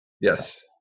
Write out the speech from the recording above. Yes